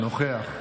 נוכח.